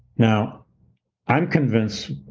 now i'm convinced,